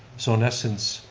so in essence,